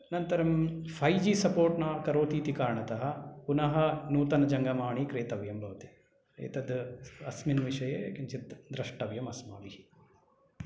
अनन्तरं five G support न करोति इति कारणतः पुनः नूतनजङ्गमवाणी क्रेतव्यं भवति तद् अस्मिन् विषये द्रष्टव्यम् अस्माभिः